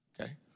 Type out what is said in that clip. Okay